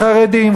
חרדים,